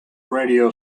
radio